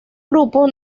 grupo